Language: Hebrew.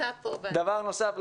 דבר נוסף,